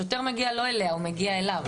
השוטר מגיע לא אליה אלא הוא מגיע אליו,